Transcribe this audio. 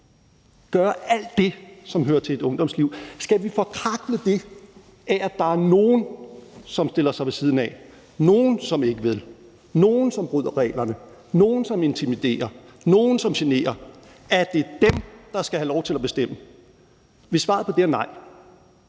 gøre alt det, som hører til et ungdomsliv? Skal vi forkvakle det af, at der er nogle, som stiller sig ved siden af; nogle, som ikke vil; nogle, som bryder reglerne; nogle, som intimiderer; nogle, som generer? Er det dem, der skal have lov til at bestemme? Hvis svaret på det er nej,